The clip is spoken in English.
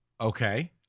okay